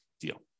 deal